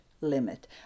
limit